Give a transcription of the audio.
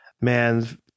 man